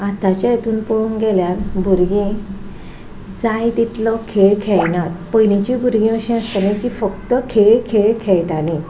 आतांच्या हितूक पोळोंक गेल्यार भुरगीं जाय तितलो खेळ खेळना पयलींची भुरगीं अशीं आसतालीं की फक्त खेळ खेळ खेळटालीं